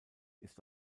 ist